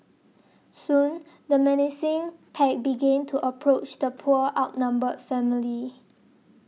soon the menacing pack began to approach the poor outnumbered family